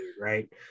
right